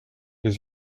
les